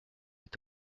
est